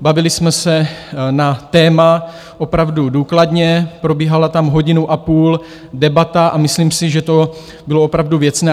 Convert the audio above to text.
Bavili jsme se na téma opravdu důkladně, probíhala tam hodinu a půl debata a myslím si, že to bylo opravdu věcné.